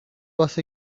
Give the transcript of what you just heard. was